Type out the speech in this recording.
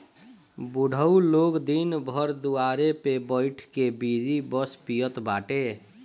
बुढ़ऊ लोग दिन भर दुआरे पे बइठ के बीड़ी बस पियत बाटे